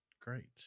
Great